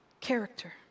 character